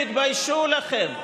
תתביישו לכם.